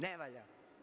Ne valja.